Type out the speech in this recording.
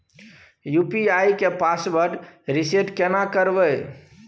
UPI के password reset केना करबे?